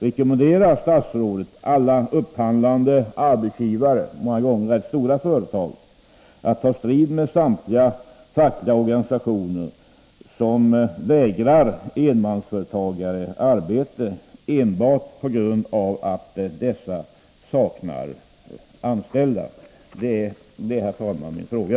Rekommenderar statsrådet alla upphandlande arbetsgivare — många gånger rätt stora företag — att ta strid med samtliga fackliga organisationer som vägrar enmansföretagare arbete enbart på grund av att dessa saknar anställda? Det är, herr talman, min fråga.